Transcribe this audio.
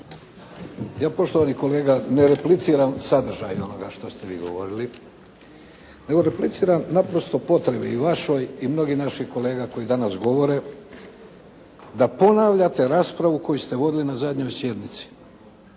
Ja poštovani kolega ne repliciram sadržaj onoga što ste vi govorili, nego repliciram naprosto potrebi i vašoj i mnogih naših kolega koji danas govore da ponavljate raspravu koju ste vodili na zadnjoj sjednici.